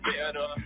better